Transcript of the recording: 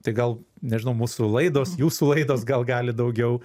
tai gal nežinau mūsų laidos jūsų laidos gal gali daugiau